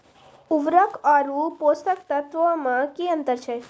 उर्वरक आर पोसक तत्व मे की अन्तर छै?